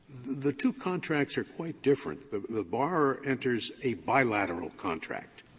the two contracts are quite different. the the borrower enters a bilateral contract,